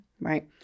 right